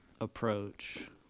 approach